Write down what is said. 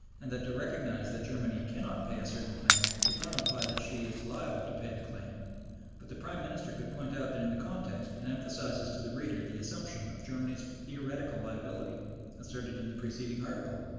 and that to recognize that germany cannot pay a certain claim does not imply that she is liable to pay the claim but the prime minister could point out that in the context it emphasizes to the reader the assumption of germany's theoretic liability asserted in the preceding article.